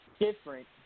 Different